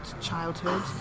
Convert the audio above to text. childhood